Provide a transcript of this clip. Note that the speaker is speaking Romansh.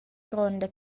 gronda